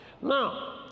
Now